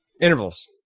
Intervals